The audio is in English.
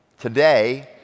Today